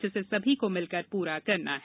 जिसे सभी को मिलकर पूरा करना है